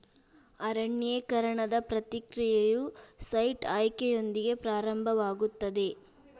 ಅರಣ್ಯೇಕರಣದ ಪ್ರಕ್ರಿಯೆಯು ಸೈಟ್ ಆಯ್ಕೆಯೊಂದಿಗೆ ಪ್ರಾರಂಭವಾಗುತ್ತದೆ